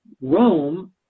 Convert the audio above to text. Rome